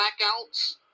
blackouts